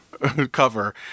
cover